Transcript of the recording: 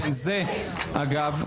וזה אגב,